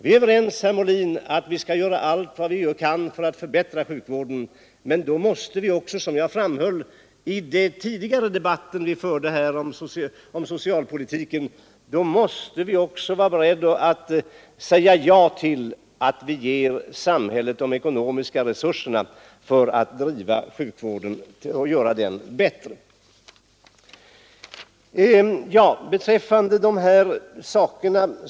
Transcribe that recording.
Vi är överens, herr Molin, att vi skall göra allt vi kan för att förbättra sjukvården. Men då måste vi också — som jag framhöll i den tidigare debatten här om socialpolitiken — vara beredda att säga ja till att ställa de ekonomiska resurserna till förfogande för att göra sjukvården ännu bättre.